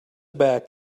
back